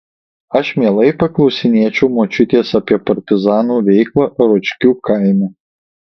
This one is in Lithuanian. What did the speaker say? aš mielai paklausinėčiau močiutės apie partizanų veiklą ročkių kaime